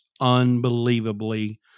unbelievably